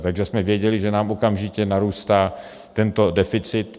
Takže jsme věděli, že nám okamžitě narůstá tento deficit.